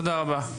תודה רבה.